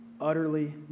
Utterly